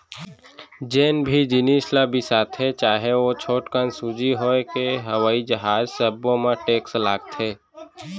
जेन भी जिनिस ल बिसाथे चाहे ओ छोटकन सूजी होए के हवई जहाज सब्बो म टेक्स लागथे